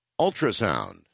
ultrasound